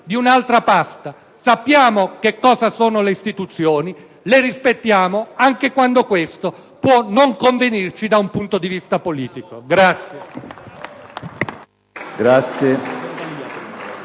di un'altra pasta: sappiamo cosa sono le istituzioni e le rispettiamo anche quando questo può non convenirci da un punto di vista politico.